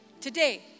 Today